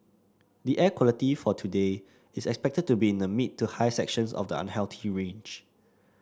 the air quality for today is expected to be in the mid to high sections of the unhealthy range